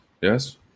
yes